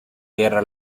guerra